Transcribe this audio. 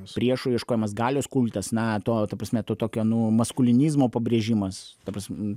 priešų ieškojimas galios kultas na to ta prasme to tokio maskulinizmo pabrėžimas ta prasme